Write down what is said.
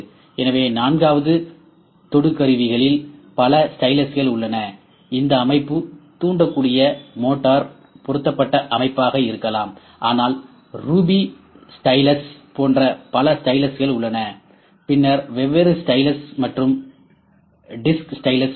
எனவே நான்காவது கெடு கருவிகளில் பல ஸ்டைலஸ் உள்ளன இந்த அமைப்பு தூண்டக்கூடியமோட்டார் பொருத்தப்பட்ட அமைப்பாக இருக்கலாம் ஆனால் ரூபி ஸ்டைலஸ் போன்ற பல ஸ்டைலஸ்கள் உள்ளன பின்னர் வெவ்வேறு ஸ்டைலஸ் மற்றும் டிஸ்க் ஸ்டைலஸ் உள்ளன